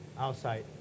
Outside